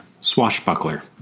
Swashbuckler